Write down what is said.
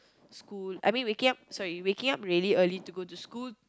school I mean waking up sorry waking up really early to go to school